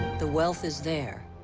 the wealth is there,